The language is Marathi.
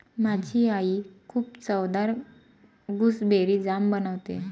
माझी आई खूप चवदार गुसबेरी जाम बनवते